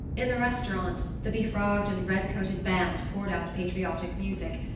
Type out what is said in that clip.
in the restaurant the befrogged and red-coated band poured out patriotic music,